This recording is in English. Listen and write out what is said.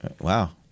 Wow